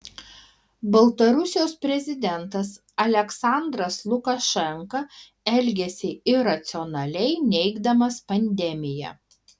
baltarusijos prezidentas aliaksandras lukašenka elgiasi iracionaliai neigdamas pandemiją